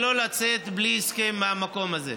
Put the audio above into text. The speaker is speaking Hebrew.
שלא לצאת בלי הסכם מהמקום הזה.